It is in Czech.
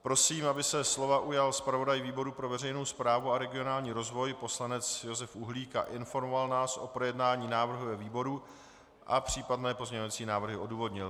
Prosím, aby se slova ujal zpravodaj výboru pro veřejnou správu a regionální rozvoj poslanec Josef Uhlík a informoval nás o projednání návrhu ve výboru a případné pozměňovací návrhy odůvodnil.